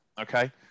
okay